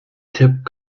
tipp